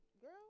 Girl